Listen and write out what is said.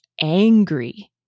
angry